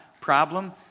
Problem